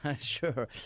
Sure